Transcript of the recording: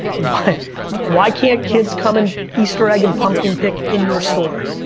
why why can't kids come and easter egg and pumpkin pick, in your store?